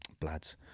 blads